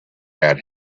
had